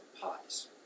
pies